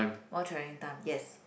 more travelling time yes